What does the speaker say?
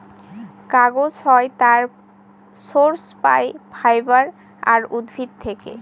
কাগজ হয় তার সোর্স পাই ফাইবার আর উদ্ভিদ থেকে